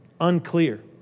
Unclear